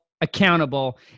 accountable